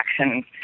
action